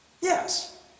Yes